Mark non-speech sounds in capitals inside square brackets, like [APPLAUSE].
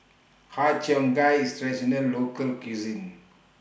Har Cheong Gai IS [UNINTELLIGIBLE] Local Cuisine